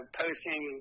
posting